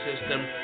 system